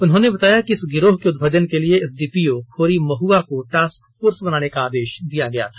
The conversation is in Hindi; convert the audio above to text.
उन्होंने बताया कि इस गिरोह के उदभेदन के लिए एसडीपीओ खोरीमहुआ को टास्क फोर्स बनाने का आदेश दिया गया था